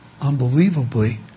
unbelievably